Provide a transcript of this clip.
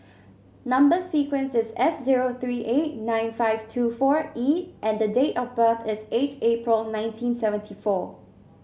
number sequence is S zero three eight nine five two four E and date of birth is eight April nineteen seventy four